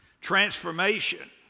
Transformation